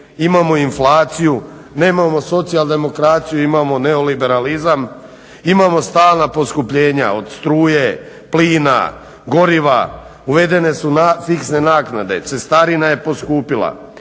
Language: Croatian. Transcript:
imamo inflaciju, nemamo socijaldemokraciju imamo neoliberalizam, imamo stalna poskupljenja od struje, plina, goriva, uvedene su fiksne naknade, cestarina je poskupila.